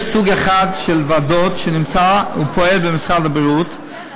יש סוג אחד של ועדות שנמצא ופועל במשרד הבריאות,